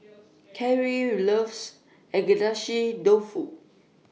Kyrie loves Agedashi Dofu